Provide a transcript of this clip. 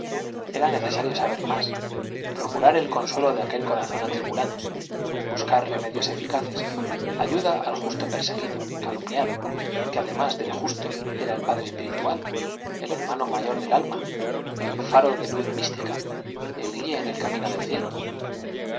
era necesario saber más procurar el consuelo de aquel corazón atribulado buscar remedios eficaces ayudar al justo perseguido calumniado que además del justo era el padre espiritual el hermano mayor del alma el faro de luz mística el guía en el camino del cielo